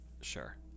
Sure